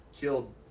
killed